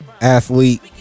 athlete